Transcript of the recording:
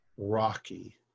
Rocky